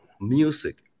music